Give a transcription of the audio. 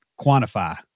quantify